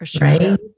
right